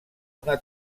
una